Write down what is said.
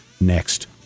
next